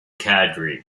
cadre